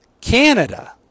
Canada